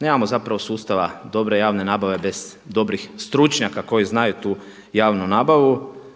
nemamo zapravo sustava dobre javne nabave bez dobrih stručnjaka koji znaju tu javnu nabavu,